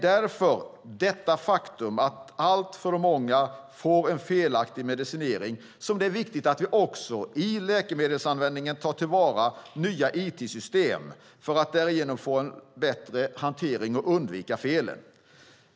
Detta faktum att alltför många får felaktig medicinering gör att det är viktigt att i läkemedelshanteringen ta till vara nya it-system för att därigenom få en bättre hantering och undvika felen.